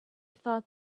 thought